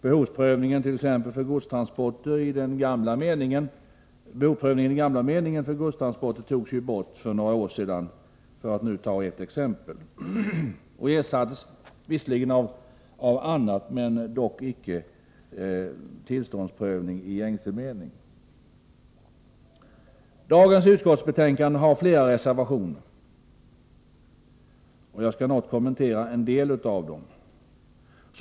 Behovsprövningen i den gamla meningen av godstransporter togs ju bort för några år sedan, för att nu ta ett exempel, och ersattes med annat, dock inte med tillståndsprövning i gängse mening. Till dagens utskottsbetänkande har fogats flera reservationer. Jag skall något kommentera en del av dem.